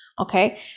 Okay